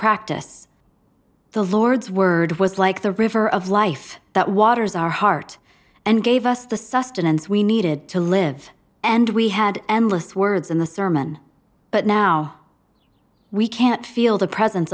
practice the lord's word was like the river of life that waters our heart and gave us the sustenance we needed to live and we had endless words in the sermon but now we can't feel the presence